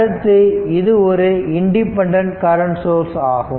அடுத்து இது ஒரு இன்டிபென்டன்ட் கரண்ட் சோர்ஸ் ஆகும்